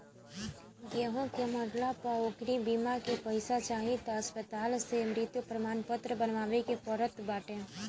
केहू के मरला पअ ओकरी बीमा के पईसा चाही तअ अस्पताले से मृत्यु प्रमाणपत्र बनवावे के पड़त बाटे